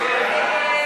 ההסתייגות (18)